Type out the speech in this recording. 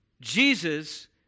Jesus